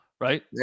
right